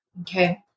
Okay